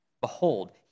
Behold